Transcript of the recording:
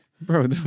bro